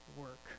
work